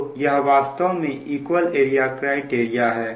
तो यह वास्तव में इक्वल एरिया क्राइटेरिया है